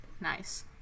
Nice